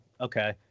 okay